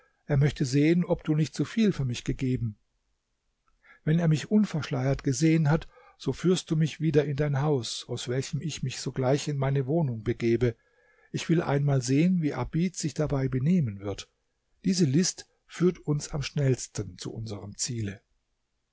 er möchte sehen ob du nicht zu viel für mich gegeben wenn er mich unverschleiert gesehen hat so führst du mich wieder in dein haus aus welchem ich mich sogleich in meine wohnung begebe ich will einmal sehen wie abid sich dabei benehmen wird diese list führt uns am schnellsten zu unserm ziele